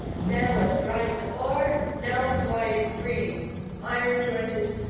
now astride the bar, now flying free iron-jointed,